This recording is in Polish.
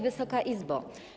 Wysoka Izbo!